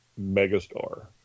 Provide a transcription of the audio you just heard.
megastar